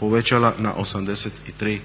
povećala na 83%